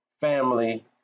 family